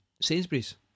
Sainsbury's